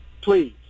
please